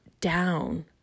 down